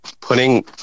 putting